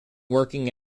working